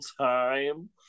time